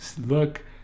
look